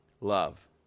Love